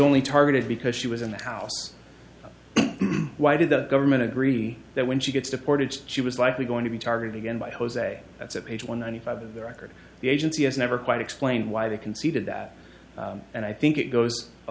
only targeted because she was in the house why did the government agree that when she gets deported she was likely going to be targeted against jose that's at page one ninety five of the record the agency has never quite explain why they conceded that and i think it goes a